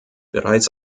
bereits